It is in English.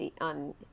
on